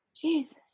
Jesus